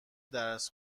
درس